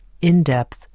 in-depth